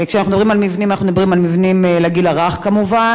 כשאנחנו מדברים על מבנים אנחנו מדברים על מבנים לגיל הרך כמובן,